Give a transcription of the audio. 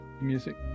music